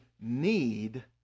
need